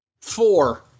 Four